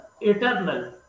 eternal